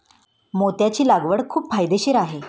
मोत्याची लागवड खूप फायदेशीर आहे